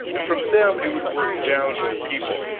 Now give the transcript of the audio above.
and from them it would work down to the people,